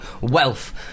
wealth